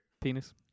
penis